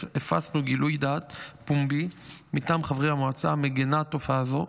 הפצנו גילוי דעת פומבי מטעם חברי המועצה המגנה תופעה זו,